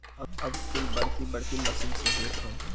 अब कुल बड़की बड़की मसीन से होत हौ